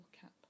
cap